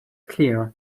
clear